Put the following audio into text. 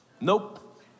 Nope